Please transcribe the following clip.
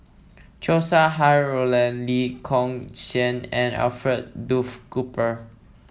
Chow Sau Hai Roland Lee Kong Chian and Alfred Duff Cooper